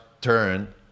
turn